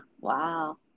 Wow